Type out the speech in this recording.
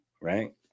right